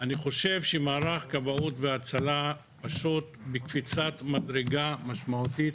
אני חושב שמערך כבאות והצלה נמצא בקפיצת מדרגה משמעותית